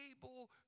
able